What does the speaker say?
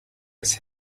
his